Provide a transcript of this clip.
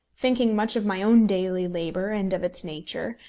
thinking much of my own daily labour and of its nature,